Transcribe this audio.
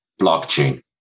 blockchain